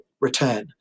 return